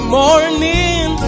morning